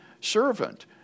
servant